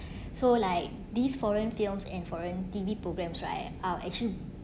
so like these foreign films and foreign T_V programs right I'll actually